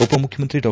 ಉಪಮುಖ್ಯಮಂತ್ರಿ ಡಾ